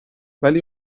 ولی